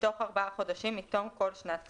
בתוך ארבעה חודשים מתום כל שנת כספים.